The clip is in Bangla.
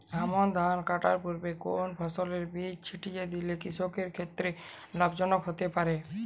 আমন ধান কাটার পূর্বে কোন ফসলের বীজ ছিটিয়ে দিলে কৃষকের ক্ষেত্রে লাভজনক হতে পারে?